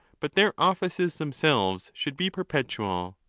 but their offices themselves should be perpetual.